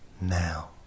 now